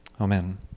Amen